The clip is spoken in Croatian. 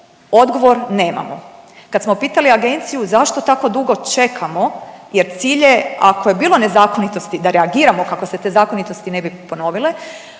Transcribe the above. odgovor nemamo. Kad smo pitali agenciju zašto tako dugo čekamo jer cilj je ako je bilo nezakonitosti da reagiramo kako se te zakonitosti ne bi ponovile,